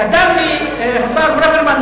כתב לי השר ברוורמן,